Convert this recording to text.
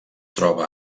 troba